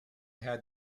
had